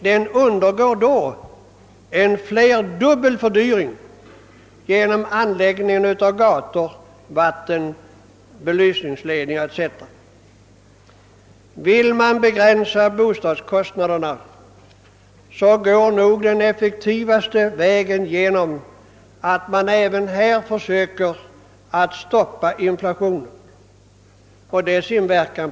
Den undergår då en flerdubbel fördyring genom anläggning av gator, belysningsledningar o.s.v. Vill man begränsa bostadskostnaderna är det nog effektivast att även här försöka stoppa inflationen och dess inverkan.